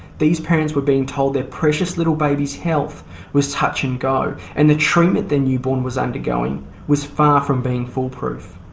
these parents were being told their precious little baby's health was touch and go, and the treatment their newborn was undergoing was far from being foolproof.